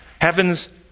Heaven's